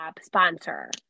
sponsor